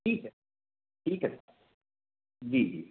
ठीक है ठीक है जी जी